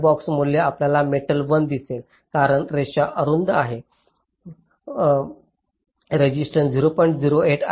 R box मूल्य आपल्याला metal 1 दिसेल कारण रेषा अरुंद आहेत रेसिस्टन्स 0